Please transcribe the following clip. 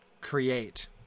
create